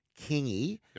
Kingy